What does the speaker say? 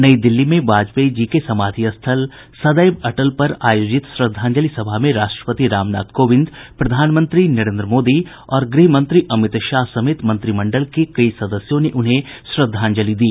नई दिल्ली में वाजपेयी जी के समाधि स्थल सदैव अटल पर आयोजित श्रद्धांजलि सभा में राष्ट्रपति रामनाथ कोविंद प्रधानमंत्री नरेंद्र मोदी और गृह मंत्री अमित शाह समेत मंत्रिमंडल के कई सदस्यों ने उन्हें श्रद्वांजलि दी